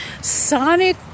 Sonic